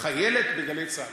חיילת בגלי צה"ל.